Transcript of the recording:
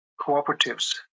cooperatives